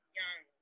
young